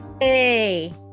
Hey